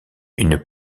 une